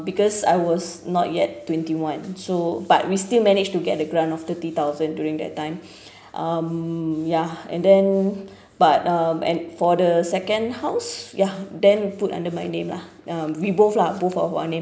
because I was not yet twenty one so but we still managed to get the grant of thirty thousand during that time um ya and then but um and for the second house ya then put under my name lah uh we both lah both of our name